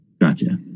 Gotcha